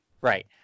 Right